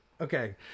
Okay